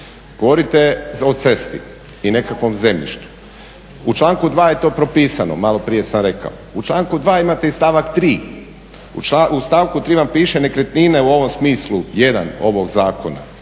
Govorite o cesti i nekakvom zemljištu. U članku 2 je to propisano, malo prije sam rekao. U članku 2. imate i stavak 3. U stavku 3. vam piše nekretnine u ovom smislu 1. ovog Zakona